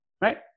right